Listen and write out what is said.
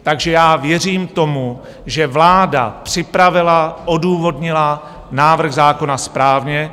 Takže já věřím tomu, že vláda připravila, odůvodnila návrh zákona správně.